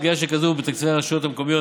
פגיעה שכזאת בתקציבי הרשויות המקומיות,